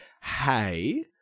hey